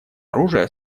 оружия